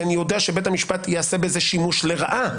אני יודע שבית המשפט יעשה בזה שימוש לרעה.